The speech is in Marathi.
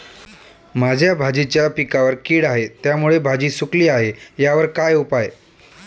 माझ्या भाजीच्या पिकावर कीड आहे त्यामुळे भाजी सुकली आहे यावर काय उपाय?